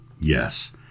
Yes